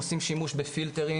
עושים שימוש בפילטרים,